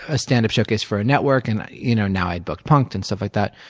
a standup showcase for a network and you know now i'd booked punk'd and stuff like that.